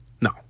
No